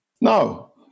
No